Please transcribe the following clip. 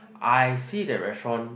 I see that restaurant